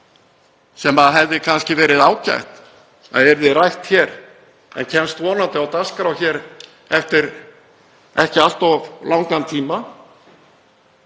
sem hefði kannski verið ágætt að yrði rætt hér, kemst vonandi á dagskrá eftir ekki allt of langan tíma,